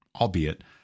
albeit